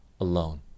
alone